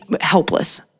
helpless